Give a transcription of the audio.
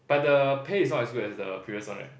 but the pay is not as good as the previous one right